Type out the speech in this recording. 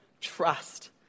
trust